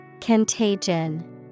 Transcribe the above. Contagion